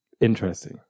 interesting